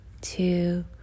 two